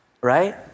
Right